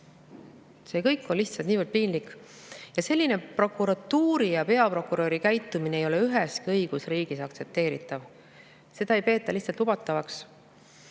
See kõik on lihtsalt niivõrd piinlik. Selline prokuratuuri ja peaprokuröri käitumine ei ole üheski õigusriigis aktsepteeritav. Seda ei peeta lihtsalt lubatavaks.